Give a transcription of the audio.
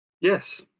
Yes